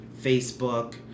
Facebook